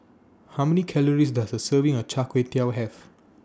How Many Calories Does A Serving of Char Kway Teow Have